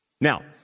Now